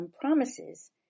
promises